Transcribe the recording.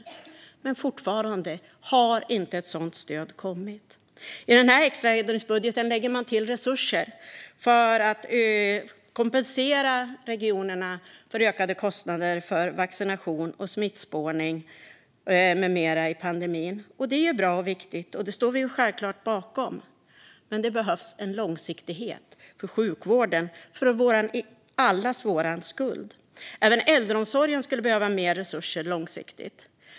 Fortfarande har inte ett sådant stöd kommit. I den här extra ändringsbudgeten lägger man till resurser för att kompensera regionerna för ökade kostnader för vaccination och smittspårning med mera i samband med pandemin. Det är bra och viktigt, och det står vi självklart bakom. Men det behövs en långsiktighet för sjukvården för allas vår skull. Även äldreomsorgen skulle behöva mer resurser långsiktigt.